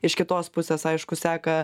iš kitos pusės aišku seka